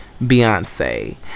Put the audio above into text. Beyonce